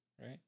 right